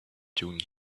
doing